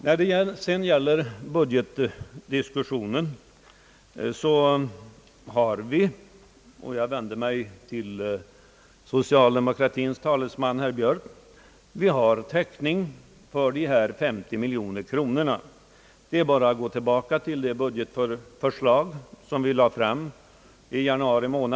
När det sedan gäller budgetdiskussionen har vi — och här vänder jag mig till socialdemokratins talesman herr Björk — täckning för dessa 50 miljoner kronor. Det är bara att gå tillbaka till det budgetförslag som vi lade fram i januari i år.